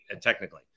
technically